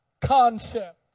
concept